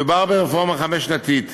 מדובר ברפורמה חמש-שנתית,